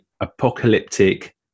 apocalyptic